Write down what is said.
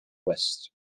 west